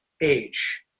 age